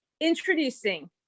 introducing